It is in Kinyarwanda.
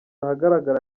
ahagaragara